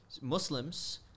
Muslims